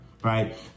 right